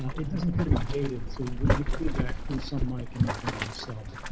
it doesn't appear to be gated. so we're getting feedback from some mic and i'm hearing myself.